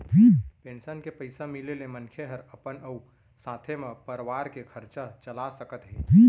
pension के पइसा मिले ले मनखे हर अपन अउ साथे म परवार के खरचा चला सकत हे